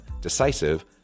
decisive